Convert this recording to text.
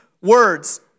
words